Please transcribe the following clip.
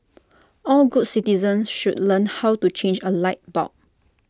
all good citizens should learn how to change A light bulb